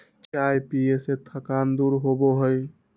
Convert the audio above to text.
चाय पीये से थकान दूर होबा हई